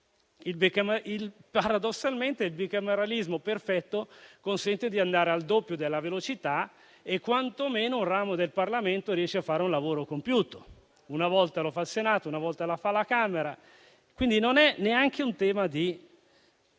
il bicameralismo perfetto consente di andare al doppio della velocità e quantomeno un ramo del Parlamento riesce a fare un lavoro compiuto (una volta lo fa il Senato, una volta lo fa la Camera). Quindi non è neanche un tema di